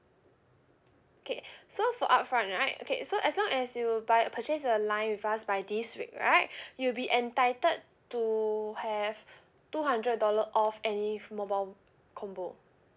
okay so for upfront right okay so as long as you buy a purchase a line with us by this week right you'll be entitled to have two hundred dollar off any mobile combo